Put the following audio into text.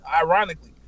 ironically